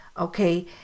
okay